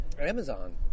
Amazon